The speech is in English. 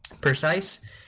precise